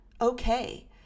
okay